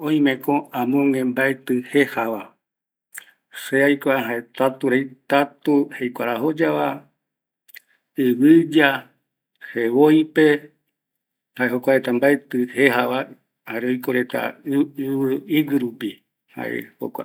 Oimeko amogue mbaetɨ jeja va, se aikua tatu jeikuarajoya va, ɨvɨya, jevoipe, jokuareta mbaetɨ jejava, jare oiko reta ɨvɨɨgui rupi